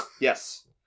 Yes